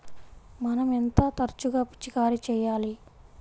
మనం ఎంత తరచుగా పిచికారీ చేయాలి?